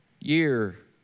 year